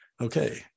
Okay